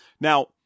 now